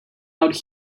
out